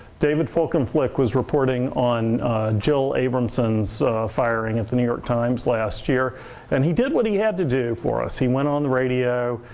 david foulcom flick was reporting on jill abrahmson's firing at the new york times last year and he did what he had to do for us. he went the radio,